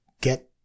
get